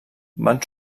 van